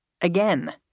again